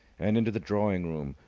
and into the drawing-room.